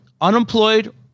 unemployed